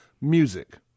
Music